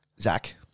Zach